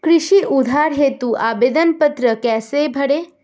कृषि उधार हेतु आवेदन पत्र कैसे भरें?